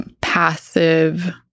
passive